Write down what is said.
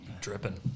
Dripping